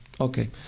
Okay